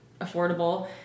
affordable